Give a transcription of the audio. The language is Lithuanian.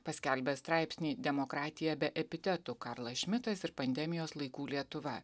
paskelbęs straipsnį demokratija be epitetų karlas šmitas ir pandemijos laikų lietuva